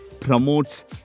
promotes